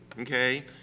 okay